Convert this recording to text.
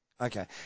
Okay